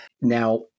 Now